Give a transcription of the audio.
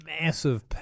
massive